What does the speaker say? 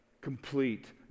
Complete